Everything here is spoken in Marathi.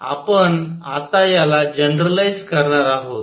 आपण आता याला जनरलाइझ्ड करणार आहोत